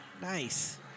Nice